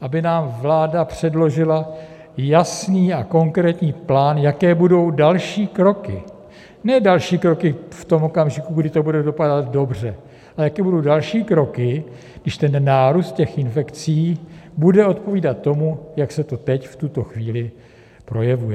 aby nám vláda předložila jasný a konkrétní plán, jaké budou další kroky ne další kroky v tom okamžiku, kdy to bude dopadat dobře, ale jaké budou další kroky, když nárůst těch infekcí bude odpovídat tomu, jak se to teď v tuto chvíli projevuje.